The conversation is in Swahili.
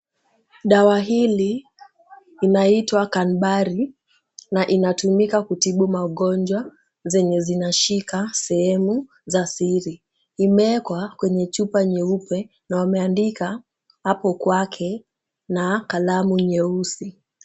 Dawa hili inaitwa Cadbury na inatumika kutibu magonjwa zenye zinashika sehemu za siri. Imewekwa kwenye chupa nyeupe na imeandikwa hapo kwake na kalamu nyeusi.